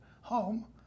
home